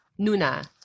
Nuna